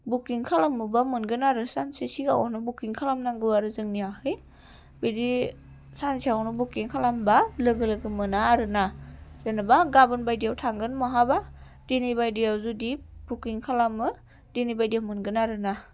booking खालामोबा मोनगोन आरो सानसे सिगाङावनो बुकिं खालामनांगौ आरो जोंनियावहै बिदि सानसेयावनो बुकिं खालामोबा लोगो लोगो मोना आरो ना जेनेबा गाबोन बादिआव थांगोन बहाबा दिनै बायदियाव जुदि बुकिं खालामो दिनै बायदि मोनगोन आरो ना